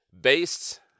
Based